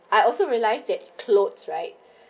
I also realize that clothes right